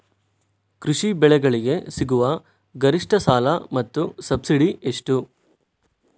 ಕೃಷಿ ಬೆಳೆಗಳಿಗೆ ಸಿಗುವ ಗರಿಷ್ಟ ಸಾಲ ಮತ್ತು ಸಬ್ಸಿಡಿ ಎಷ್ಟು?